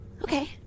Okay